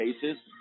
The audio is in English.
cases